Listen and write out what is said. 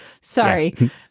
Sorry